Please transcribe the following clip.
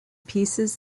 pieces